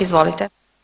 Izvolite.